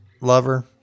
lover